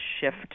shift